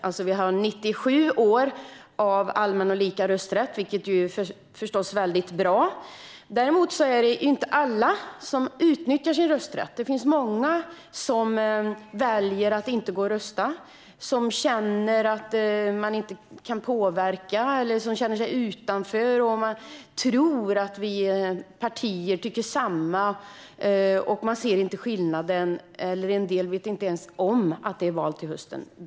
Vi har alltså 97 år av allmän och lika rösträtt, vilket förstås är väldigt bra. Men det är inte alla som utnyttjar sin rösträtt. Det finns många som väljer att inte gå och rösta, till exempel för att de känner att de inte kan påverka eller känner sig utanför. Man tror att vi partier tycker samma och ser inte skillnaden. En del vet inte ens om att det är val till hösten.